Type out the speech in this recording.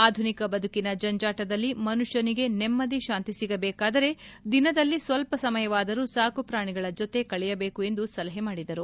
ಆಧುನಿಕ ಬದುಕಿನ ಜಂಜಾಟದಲ್ಲಿ ಮುನುಷ್ಕನಿಗೆ ನೆಮ್ನದಿ ಶಾಂತಿ ಸಿಗಬೇಕಾದರೆ ದಿನದಲ್ಲಿ ಸ್ವಲ್ಪ ಸಮಯವಾದರೂ ಸಾಕುಪ್ರಾಣಿಗಳ ಜೊತೆ ಕಳೆಯಬೇಕು ಎಂದು ಸಲಹೆ ಮಾಡಿದರು